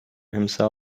himself